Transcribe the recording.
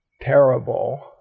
terrible